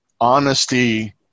honesty